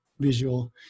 visual